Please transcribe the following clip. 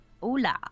Hola